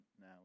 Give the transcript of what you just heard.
now